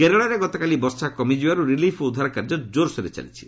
କେରଳରେ ଗତକାଲି ବର୍ଷା କମିଯିବାରୁ ରିଲିଫ୍ ଓ ଉଦ୍ଧାର କାର୍ଯ୍ୟ ଜୋରସୋରରେ ଚାଲିଛି